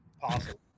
possible